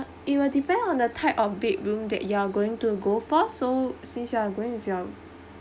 it will depend on the type of bedroom that you are going to go for so since you are going with your